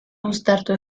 uztartu